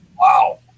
Wow